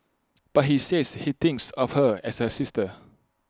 but he says he thinks of her as A sister